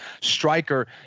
striker